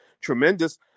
tremendous